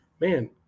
man